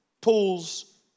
pools